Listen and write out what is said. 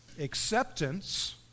Acceptance